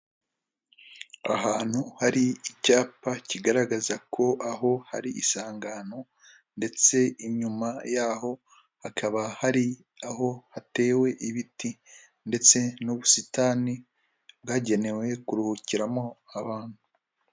Ahantu hari icyapa kigaragaza ko aho hari isangano ndetse inyuma yaho hakaba hari aho hatewe ibiti ndetse n'ubusitani bwagenewe kuruhukiramo abantu.